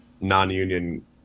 non-union